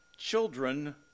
children